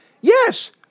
Yes